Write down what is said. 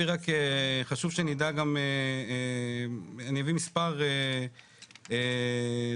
רק חשוב שנדע גם, אני אביא מספר דוגמאות.